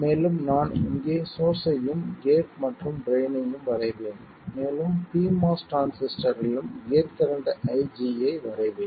மேலும் நான் இங்கே சோர்ஸ்ஸையும் கேட் மற்றும் ட்ரைன் ஐயும் வரைவேன் மேலும் pMOS டிரான்சிஸ்டரிலும் கேட் கரண்ட் IG ஐ வரைவேன்